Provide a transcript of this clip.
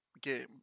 game